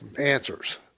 answers